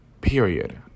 Period